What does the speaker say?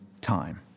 time